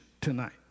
tonight